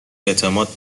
اعتماد